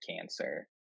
cancer